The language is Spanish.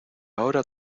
ahora